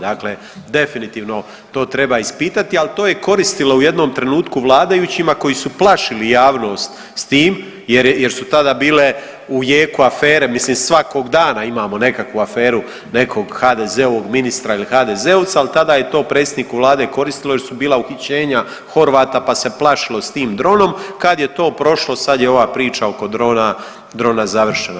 Dakle, definitivno to treba ispitati, ali to je koristilo u jednom trenutku vladajućima koji su plašili javnost s tim jer su tada bile u jeku afere mislim svakog dana imamo nekakvu aferu nekog HDZ-ovog ministra ili HDZ-ovca, ali tada je to predsjedniku Vlade koristilo jer su bila uhićenja Horvata pa se plašilo s tim dronom, kad je to prošlo, sad je ova priča oko drona završena.